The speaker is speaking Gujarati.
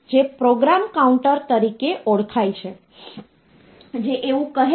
તેથી નંબર સિસ્ટમ આ કમ્પ્યુટર સિસ્ટમમાં નંબર કેવી રીતે સંગ્રહિત થાય છે તે વિશે વાત કરે છે